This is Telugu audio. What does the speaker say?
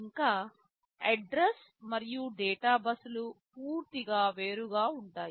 ఇంకా అడ్రస్ మరియు డేటా బస్సులు పూర్తిగా వేరుగా ఉంటాయి